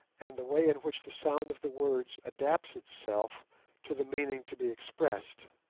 and the way in which the sound of the words adapts itself to the meaning to be expressed.